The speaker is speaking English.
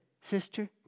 sister